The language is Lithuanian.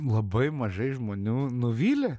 labai mažai žmonių nuvylė